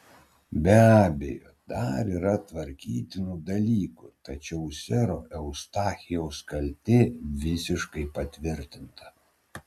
be abejo dar yra tvarkytinų dalykų tačiau sero eustachijaus kaltė visiškai patvirtinta